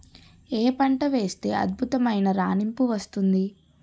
ఏ పంట వేస్తే అద్భుతమైన రాణింపు వస్తుంది?